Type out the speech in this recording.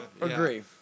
agree